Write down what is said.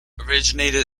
originated